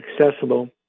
accessible